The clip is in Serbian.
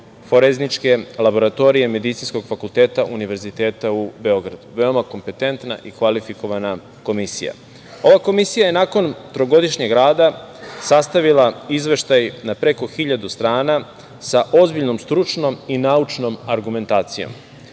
forenzičke laboratorije Medicinskog fakulteta Univerziteta u Beogradu. Veoma kompetentna i kvalifikovana Komisija. Ova komisija je, nakon trogodišnjeg rada, sastavila izveštaj na preko 1.000 strana sa ozbiljnom stručnom i naučnom argumentacijom. Ja